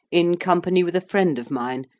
in company with a friend of mine,